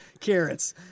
carrots